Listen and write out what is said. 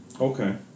Okay